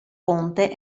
ponte